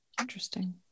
Interesting